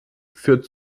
führt